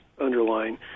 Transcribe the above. underlying